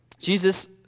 Jesus